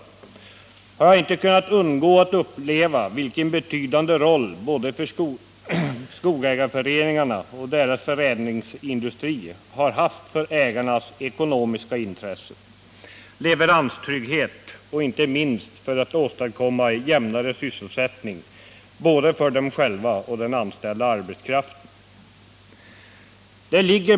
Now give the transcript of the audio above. Låt mig därför säga att jag inte har kunnat undgå att uppleva den betydande roll som både skogsägarföreningarna och deras förädlingsindustrier har haft för ägarnas ekonomiska intressen och leveranstrygghet och inte minst för att åstadkomma jämnare sysselsättning både för dem själva och för den anställda arbetskraften.